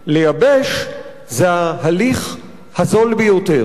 לייבש זה ההליך הזול ביותר,